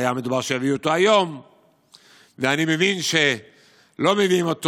והיה מדובר שיביאו אותו היום ואני מבין שלא מביאים אותו